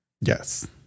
Yes